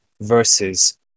versus